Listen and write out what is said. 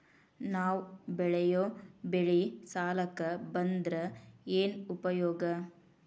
ನಾವ್ ಬೆಳೆಯೊ ಬೆಳಿ ಸಾಲಕ ಬಂದ್ರ ಏನ್ ಉಪಯೋಗ?